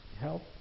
help